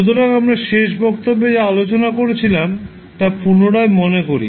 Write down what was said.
সুতরাং আমরা শেষ বক্তব্যে যা আলোচনা করছিলাম তা পুনরায় মনে করি